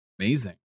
amazing